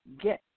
Get